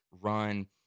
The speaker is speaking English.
run